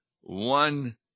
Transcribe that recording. one